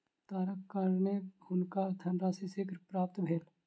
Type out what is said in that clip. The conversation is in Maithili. तारक कारणेँ हुनका धनराशि शीघ्र प्राप्त भेल